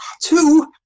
Two